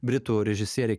britų režisierė